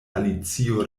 alicio